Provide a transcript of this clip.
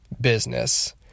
business